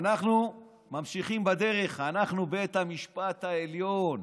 אנחנו ממשיכים בדרך, אנחנו בית המשפט העליון,